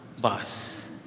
bus